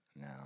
No